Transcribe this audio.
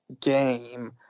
game